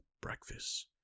breakfast